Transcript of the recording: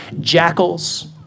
jackals